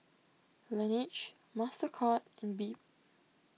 Laneige Mastercard and Bebe